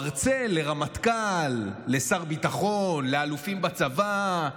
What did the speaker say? מרצה לרמטכ"ל, לשר ביטחון, לאלופים בצבא.